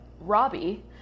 Robbie